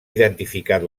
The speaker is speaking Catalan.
identificat